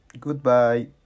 Goodbye